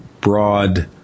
broad